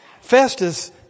Festus